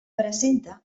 presenta